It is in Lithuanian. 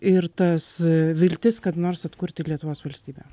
ir tas viltis kad nors atkurti lietuvos valstybę